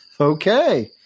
Okay